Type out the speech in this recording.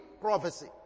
prophecy